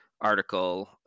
article